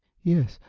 yes.